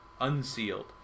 unsealed